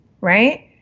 right